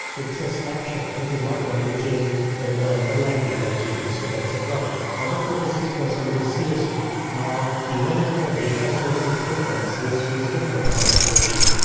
it's a snapshot. it is not going to change. when the underlying data changes, so that's a problem. other thirty six percent is csv now, even if the data source is different, csv is different from spreadsheet.